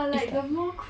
it's like